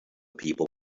people